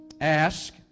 ask